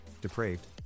depraved